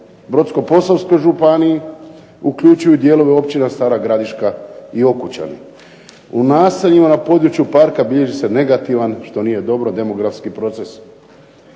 Brodsko-posavskoj županiji uključuje dijelovi općina Stara Gradiška i Okučani. U naseljima na području parka bilježi se negativan, što nije dobro, demografski proces.